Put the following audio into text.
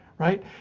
right